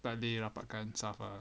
takde yang rapatkan saf lah